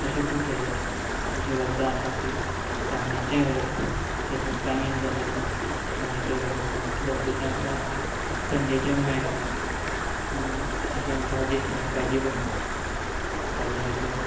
अश्यो खूब तरेचे जशे वखदां आसा की कामणेचें वखद आसा जशे कामीण जाल्यार ते कामणेचें वखद मेळटा धतूचें आसा थंडेचें मेळटा आनी आमच्या भाजीच भाजी बी मेळटा भाज्या भितर